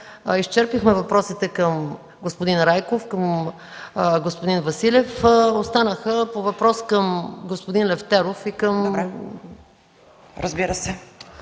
Изчерпихме въпросите към господин Райков, към господин Василев. Останаха по въпрос към господин Лефтеров и към... КОРНЕЛИЯ